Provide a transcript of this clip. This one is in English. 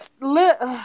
look